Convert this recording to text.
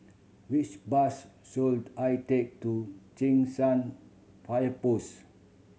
which bus should I take to Cheng San Fire Post